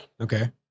Okay